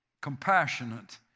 compassionate